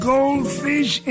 Goldfish